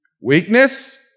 weakness